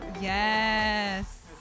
Yes